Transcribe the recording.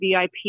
VIP